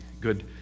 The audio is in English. good